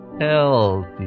healthy